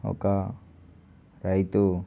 ఒక రైతు